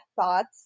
thoughts